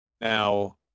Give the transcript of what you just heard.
Now